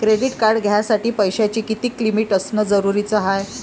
Credit card घ्यासाठी पैशाची कितीक लिमिट असनं जरुरीच हाय?